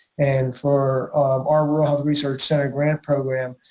and for our rural health research center grant program.